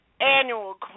annual